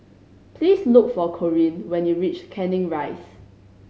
please look for Corrine when you reach Canning Rise